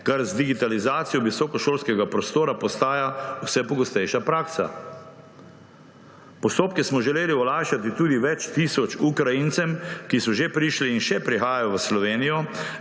kar z digitalizacijo visokošolskega prostora postaja vse pogostejša praksa. Postopke smo želeli olajšati tudi več tisoč Ukrajincem, ki so že prišli in še prihajajo v Slovenijo